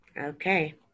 Okay